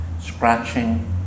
scratching